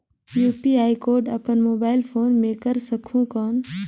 UPI code अपन mobile phone मे कर सकहुं कौन?